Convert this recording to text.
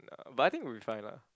but I think will be fine lah